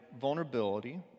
vulnerability